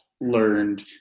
learned